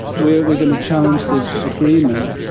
we're we're going to challenge this agreement,